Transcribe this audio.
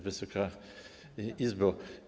Wysoka Izbo!